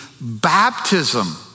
baptism